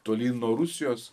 tolyn nuo rusijos